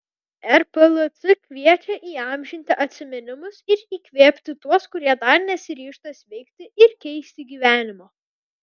rplc kviečia įamžinti atsiminimus ir įkvėpti tuos kurie dar nesiryžta sveikti ir keisti gyvenimo